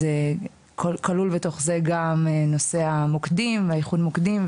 כלול בתוך זה נושא המוקדים ואיחוד המוקדים,